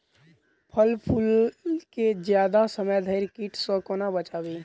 फल फुल केँ जियादा समय धरि कीट सऽ कोना बचाबी?